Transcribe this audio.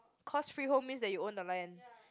cause freehold means that you own the land